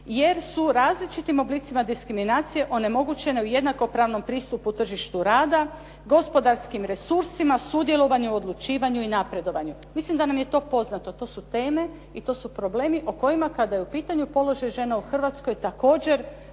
jer su različitim oblicima diskriminacije onemogućene u jednakopravnom pristupu u tržištu rada, gospodarskim resursima, sudjelovanju u odlučivanju i napredovanju. Mislim da nam je to poznato. To su teme i to su problemi o kojima kada je u pitanju položaj žena u Hrvatskoj također